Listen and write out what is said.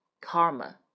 Karma